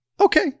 Okay